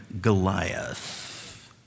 Goliath